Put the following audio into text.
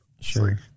sure